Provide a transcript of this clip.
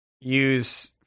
use